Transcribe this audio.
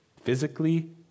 physically